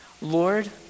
Lord